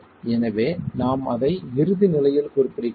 எனவே நாம் அதை இறுதி நிலையில் குறிப்பிடுகிறோம்